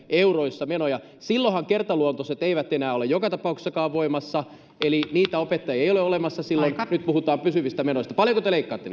euroissa menoja silloinhan kertaluontoiset eivät enää ole joka tapauksessakaan voimassa eli niitä opettajia ei ole omassa silloin nyt puhutaan pysyvistä menoista paljonko te leikkaatte